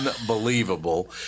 unbelievable